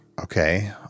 okay